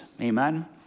Amen